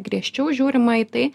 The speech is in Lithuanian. griežčiau žiūrima į tai